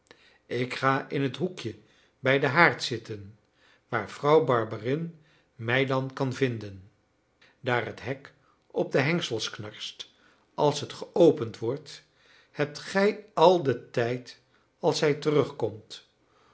ik ga in t hoekje bij den haard zitten waar vrouw barberin mij dan kan vinden daar het hek op de hengsels knarst als het geopend wordt hebt gij al den tijd als zij terugkomt